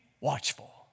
watchful